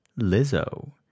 Lizzo